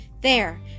There